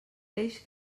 peix